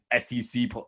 SEC